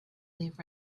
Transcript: leave